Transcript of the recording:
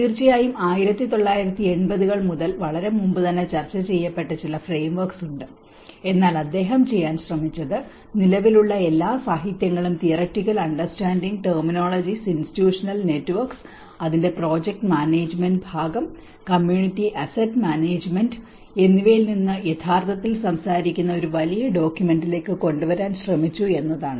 തീർച്ചയായും 1980 കൾ മുതൽ വളരെ മുമ്പുതന്നെ ചർച്ച ചെയ്യപ്പെട്ട ചില ഫ്രെയിംവർക്സ് ഉണ്ട് എന്നാൽ അദ്ദേഹം ചെയ്യാൻ ശ്രമിച്ചത് നിലവിലുള്ള എല്ലാ സാഹിത്യങ്ങളും theoretical understanding terminologies institutional networks അതിന്റെ പ്രോജക്ട് മാനേജ്മെന്റ് ഭാഗം കമ്മ്യൂണിറ്റി അസറ്റ് മാനേജ്മെന്റ് എന്നിവയിൽ നിന്ന് യഥാർത്ഥത്തിൽ സംസാരിക്കുന്ന ഒരു വലിയ ഡോക്യൂമെന്റിലേക്ക് കൊണ്ടുവരാൻ അദ്ദേഹം ശ്രമിച്ചു എന്നതാണ്